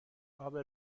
عابر